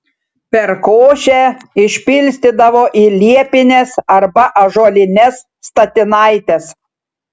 perkošę išpilstydavo į liepines arba ąžuolines statinaites